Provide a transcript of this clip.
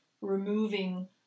removing